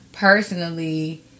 Personally